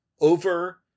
over